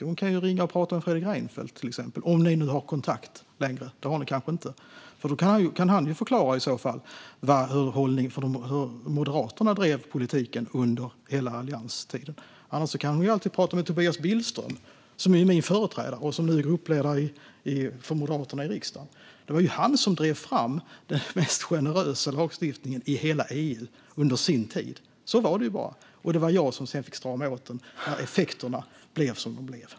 Hon kan till exempel ringa och prata med Fredrik Reinfeldt - om de har kontakt, men det har de kanske inte. Han kan i så fall förklara hur Moderaterna drev politiken under hela allianstiden. Annars kan hon alltid prata med Tobias Billström, som är min företrädare och som nu är gruppledare för Moderaterna i riksdagen. Det var han som drev fram den mest generösa lagstiftningen i hela EU under sin tid - så var det bara. Det var jag som sedan fick strama åt den, när effekterna blev som de blev.